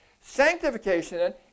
Sanctification